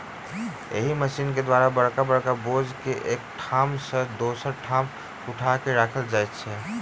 एहि मशीन के द्वारा बड़का बड़का बोझ के एक ठाम सॅ दोसर ठाम उठा क राखल जाइत अछि